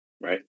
Right